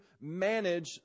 manage